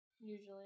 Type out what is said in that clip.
Usually